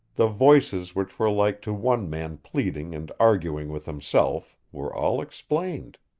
the voices which were like to one man pleading and arguing with himself, were all explained.